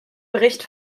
bericht